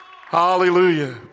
Hallelujah